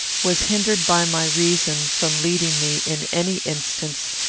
was hindered by my reason from leading me, in any instance,